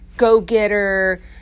go-getter